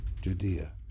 Judea